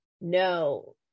No